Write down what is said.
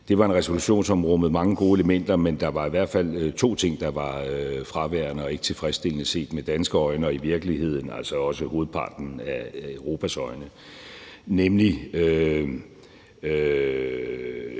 var en resolution, som rummede mange gode elementer. Men der var i hvert fald to ting, der var fraværende og ikke tilfredsstillende set med danske øjne og i virkeligheden heller ikke med hovedparten af Europas øjne, nemlig